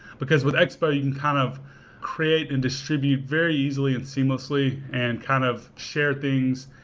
because with expo you can kind of create and distribute very easily and seamlessly and kind of share things.